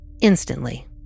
instantly